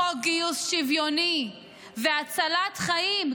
חוק גיוס שוויוני והצלת חיים,